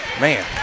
Man